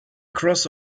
cross